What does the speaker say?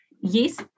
yes